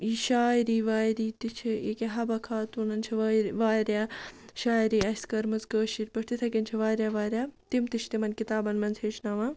یہِ شاعری واعری تہِ چھِ ییٚکیٛاہ حبہ خاتوٗنَن چھِ واریاہ شاعری اَسہِ کٔرمٕژ کٲشِرۍ پٲٹھۍ تِتھَے کَنۍ چھِ واریاہ واریاہ تِم تہِ چھِ تِمَن کِتابَن منٛز ہیٚچھناوان